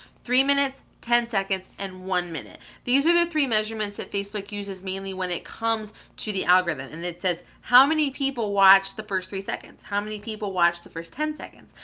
three minutes, ten seconds, and one minute. these are the three measurements that facebook uses mainly when it comes to the algorithm, and it says how many people watch the first three seconds? how many people watch the first ten seconds?